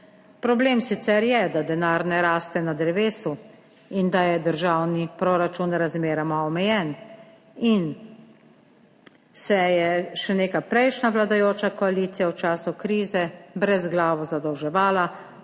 Problem sicer je, da denar ne raste na drevesu in da je državni proračun razmeroma omejen in se je še neka prejšnja vladajoča koalicija v času krize brezglavo zadolževala,